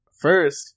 First